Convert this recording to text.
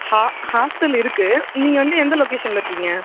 ஹா ஹாஸ்ட்டல் இருக்குது நீங்கள் வந்து எந்த லொக்கேஷன்ல இருக்கீங்கள்